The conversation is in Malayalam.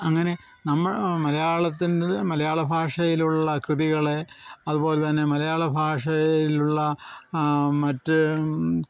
അങ്ങനെ നമ്മൾ മലയാളത്തിൽ മലയാളഭാഷയിലുള്ള കൃതികളെ അതുപോലെ തന്നെ മലയാള ഭാഷയിലുള്ള മറ്റ്